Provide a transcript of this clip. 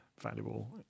valuable